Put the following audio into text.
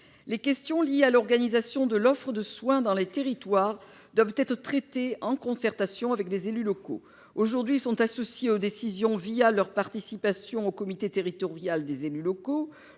Les questions liées à l'organisation de l'offre de soins dans les territoires doivent être traitées en concertation avec les élus locaux. Aujourd'hui, ils sont associés aux décisions leur participation au comité territorial des élus locaux.